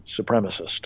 supremacist